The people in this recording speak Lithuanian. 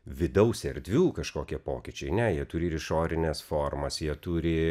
vidaus erdvių kažkokie pokyčiai ne jie turi ir išorines formas jie turi